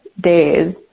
days